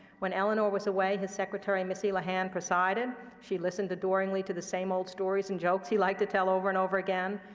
when eleanor was away, his secretary missy lehand presided. she listened adoringly to the same old stories and jokes he liked to tell over and over again.